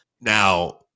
Now